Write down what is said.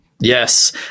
Yes